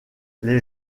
les